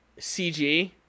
CG